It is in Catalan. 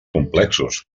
complexos